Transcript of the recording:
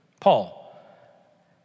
Paul